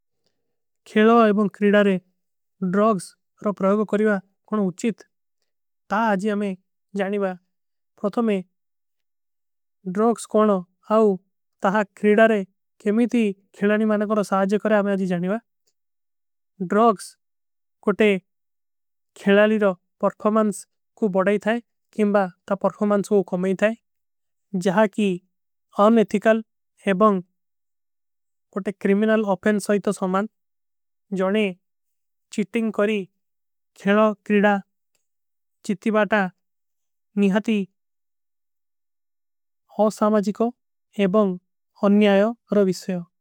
ଖେଲାଵା ଏବଂ କ୍ରିଡାରେ ଡ୍ରୋଗ୍ସ ରୋ ପ୍ରାଯୋଗ କରୀବା କୌନ ଉଚିତ ତା। ଆଜୀ ଆମେ ଜାନୀବା ପ୍ରତୋମେ ଡ୍ରୋଗ୍ସ କୌନ ଆଉ ତା ହାଁ କ୍ରିଡାରେ। କେମୀ ଥୀ ଖେଲାଣୀ ମାନା କର ସହାଜେ କରେଂ ଆମେ ଆଜୀ ଜାନୀବା। ଡ୍ରୋଗ୍ସ କୋଟେ ଖେଲାଲୀ ରୋ ପର୍ଫୋମନ୍ସ କୂ ବଡାଈ ଥାଈ କେମବା। ତା ପର୍ଫୋମନ୍ସ କୋ ଖମାଈ ଥାଈ ଜହାଁ କୀ। ଅନେଥିକଲ ଏବଂ କୋଟେ କ୍ରିମିନଲ ଓଫେଂସ ହୋଈତୋ ସମାନ। ଜୋନେ ଚିଟିଂଗ କରୀ ଖେଲାଣ କ୍ରିଡା ଚିତ୍ତି ବାତା ନିହତୀ। ହୋ ସାମାଜୀକୋ ଏବଂ ଅନ୍ଯାଯୋ ରୋ ଵିସ୍ଵେଯୋ।